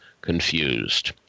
confused